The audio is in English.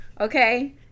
Okay